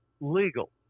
legal